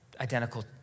identical